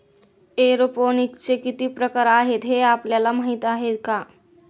एरोपोनिक्सचे किती प्रकार आहेत, हे आपल्याला माहित आहे का?